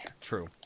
True